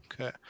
Okay